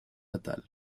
natal